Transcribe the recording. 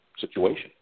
situation